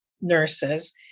nurses